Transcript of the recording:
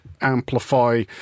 amplify